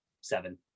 seven